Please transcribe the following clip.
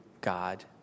God